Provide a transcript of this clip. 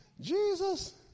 Jesus